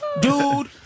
dude